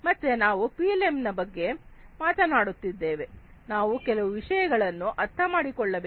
ಮತ್ತೆ ನಾವು ಪಿಎಲ್ಎಂ ನ ಬಗ್ಗೆ ಮಾತನಾಡುತ್ತಿದ್ದೇವೆ ನಾವು ಕೆಲವು ವಿಷಯಗಳನ್ನು ಅರ್ಥಮಾಡಿಕೊಳ್ಳಬೇಕು